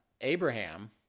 Abraham